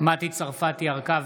מטי צרפתי הרכבי,